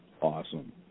Awesome